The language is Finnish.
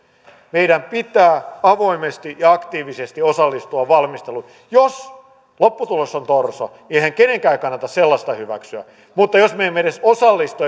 meidän pitää avoimesti ja aktiivisesti osallistua valmisteluun jos lopputulos on torso eihän kenenkään kannata sellaista hyväksyä mutta jos me emme edes osallistu